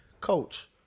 coach